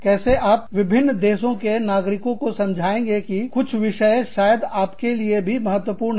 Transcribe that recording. कैसे हैं आप विभिन्न देशों के नागरिकों को समझाएंगे कि कुछ विषय शायद आपके लिए भी महत्वपूर्ण है